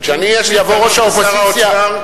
יש לי טענה לשר האוצר,